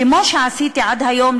כמו שעשיתי עד היום,